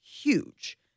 huge